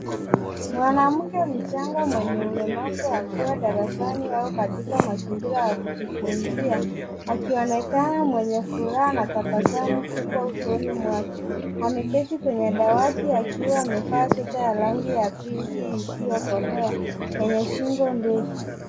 Mwanamke mchanga mwenye ulemavu akiwa darasani au katika mazingira ya kujifunzia, akionekana mwenye furaha na tabasamu kubwa usoni mwake. Ameketi kwenye dawati akiwa amevaa sweta ya rangi ya pink iliyokolea yenye shingo ndefu.